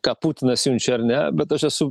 ką putinas siunčia ar ne bet aš esu